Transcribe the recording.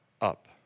up